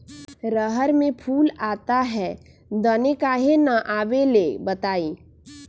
रहर मे फूल आता हैं दने काहे न आबेले बताई?